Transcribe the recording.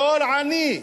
דור עני.